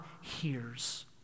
hears